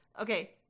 okay